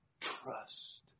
trust